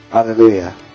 Hallelujah